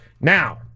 Now